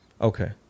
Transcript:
Okay